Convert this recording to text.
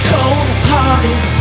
Cold-hearted